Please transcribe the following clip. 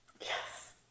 Yes